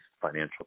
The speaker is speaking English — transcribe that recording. financial